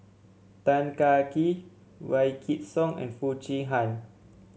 Tan Kah Kee Wykidd Song and Foo Chee Han